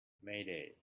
mayday